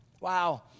Wow